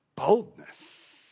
Boldness